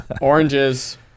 Oranges